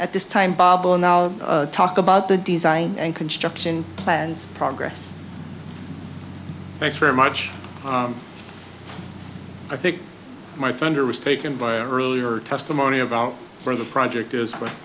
at this time bob and now talk about the design and construction plans progress thanks very much i think my thunder was taken by earlier testimony about for the project is